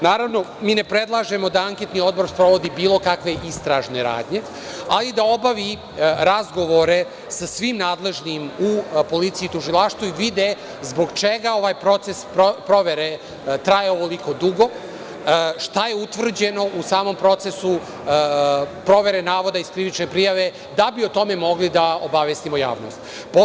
Naravno, mi ne predlažemo da anketni odbor sprovodi bilo kakve istražne radnje, ali da obavi razgovore sa svim nadležnim u policiji i tužilaštvu i vide zbog čega ovaj proces provere traje ovoliko dugo, šta je utvrđeno u samom procesu provere navoda iz krivične prijave, da bi o tome mogli da obavestimo javnost.